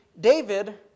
David